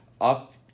up